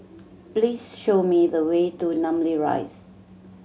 please show me the way to Namly Rise